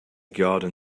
garden